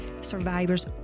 survivors